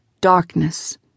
darkness